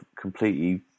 completely